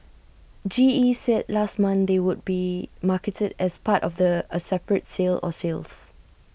G E said last month they would be marketed as part of A separate sale or sales